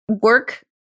work